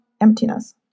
emptiness